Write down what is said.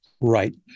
Right